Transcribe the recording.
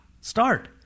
Start